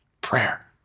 prayer